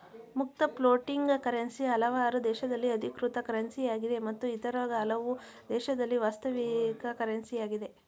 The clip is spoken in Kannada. ಮುಕ್ತ ಫ್ಲೋಟಿಂಗ್ ಕರೆನ್ಸಿ ಹಲವಾರು ದೇಶದಲ್ಲಿ ಅಧಿಕೃತ ಕರೆನ್ಸಿಯಾಗಿದೆ ಮತ್ತು ಇತರ ಹಲವು ದೇಶದಲ್ಲಿ ವಾಸ್ತವಿಕ ಕರೆನ್ಸಿ ಯಾಗಿದೆ